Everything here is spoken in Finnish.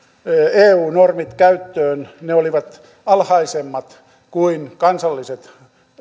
eu normit käyttöön ne olivat alhaisemmat kuin kansalliset